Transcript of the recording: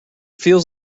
feels